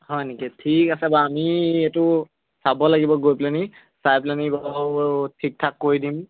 হয় নেকি ঠিক আছে বাৰু আমি এইটো চাব লাগিব গৈ পেলাই নি চাই পেলাই নি বাৰু ঠিক ঠাক কৰি দিম